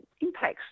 impacts